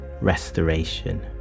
restoration